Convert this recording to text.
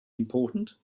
important